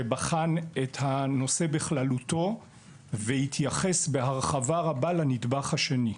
שבחן את הנושא בכללותו והתייחס בהרחבה רבה לנדבך השני.